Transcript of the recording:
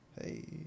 Hey